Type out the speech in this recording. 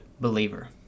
believer